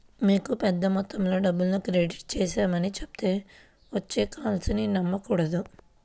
మీకు పెద్ద మొత్తంలో డబ్బుల్ని క్రెడిట్ చేశామని చెప్తూ వచ్చే కాల్స్ ని నమ్మకూడదు